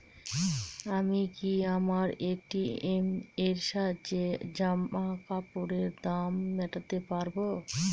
আমি কি আমার এ.টি.এম এর সাহায্যে জামাকাপরের দাম মেটাতে পারব?